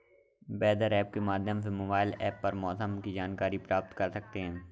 weather app के माध्यम से मोबाइल पर मौसम की जानकारी प्राप्त कर सकते हैं